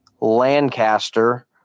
Lancaster